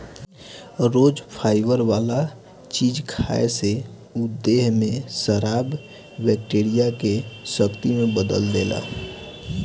रोज fibre वाला चीज खाए से उ देह में खराब बैक्टीरिया के शक्ति में बदल देला